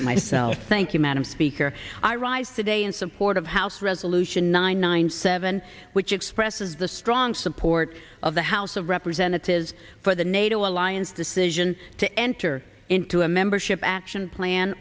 it myself thank you madam speaker i rise today in support of house resolution nine ninety seven which expresses the strong support of the house of representatives for the nato alliance decision to enter into a membership action plan